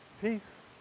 peace